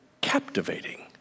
captivating